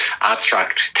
abstract